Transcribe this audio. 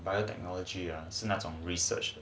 biotechnology 是那种 research